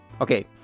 Okay